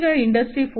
ಈಗ ಇಂಡಸ್ಟ್ರಿ 4